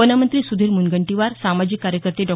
वनमंत्री सुधीर मुनगंटीवार सामाजिक कार्यकर्ते डॉ